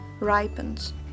ripens